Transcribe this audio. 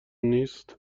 نیست